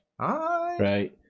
Right